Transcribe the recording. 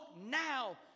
now